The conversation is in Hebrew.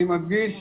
אני מדגיש,